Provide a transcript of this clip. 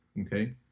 okay